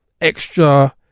Extra